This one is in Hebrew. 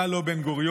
אתה לא בן-גוריון,